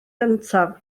gyntaf